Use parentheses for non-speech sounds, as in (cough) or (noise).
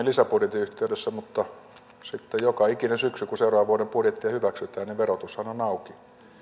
(unintelligible) lisäbudjetin yhteydessä mutta sitten joka ikinen syksy kun seuraavan vuoden budjettia hyväksytään niin verotushan on on auki